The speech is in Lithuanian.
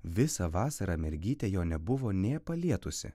visą vasarą mergytė jo nebuvo nė palietusi